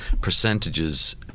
percentages